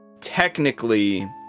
Technically